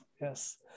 yes